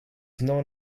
known